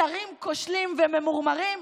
שרים כושלים וממורמרים?